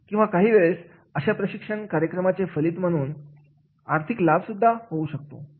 किंवा काही वेळेस अशा प्रशिक्षण कार्यक्रमाचे फलीत म्हणून आर्थिक लाभ सुध्दा होऊ शकतो